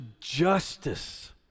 justice